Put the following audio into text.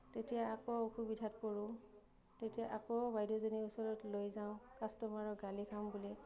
তেতিয়া আকৌ অসুবিধাত পৰোঁ তেতিয়া আকৌ বাইদেউজনীৰ ওচৰত লৈ যাওঁ কাষ্টমাৰৰ গালি খাম বুলি